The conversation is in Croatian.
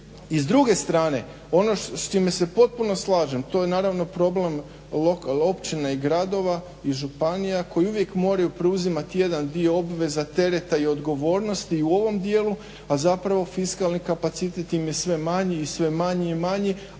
I s druge strane, ono s čime se potpuno slažem to je naravno problem općine i gradova i županija koji uvijek moraju preuzimati jedan dio obveza, tereta i odgovornosti i u ovom dijelu, a zapravo fiskalni kapacitet im je sve manji i sve manji i manji,